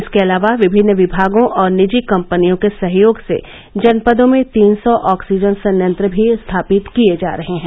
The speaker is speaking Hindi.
इसके अलावा विभिन्न विभागों और निजी कम्पनियों के सहयोग से जनपदों में तीन सौ ऑक्सीजन संयंत्र भी स्थापित किये जा रहे हैं